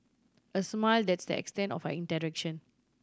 a smile that's the extent of our interaction